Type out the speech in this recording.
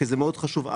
כי זה מאוד חשוב.